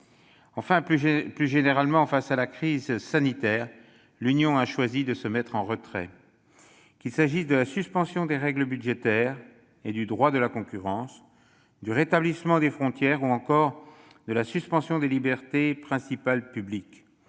Enfin, plus généralement, face à la crise sanitaire, l'Union européenne a choisi de se mettre en retrait, qu'il s'agisse de la suspension des règles budgétaires et du droit de la concurrence, du rétablissement des frontières, ou encore de la suspension des principales libertés